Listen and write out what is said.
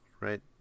right